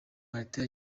martin